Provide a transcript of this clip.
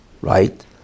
right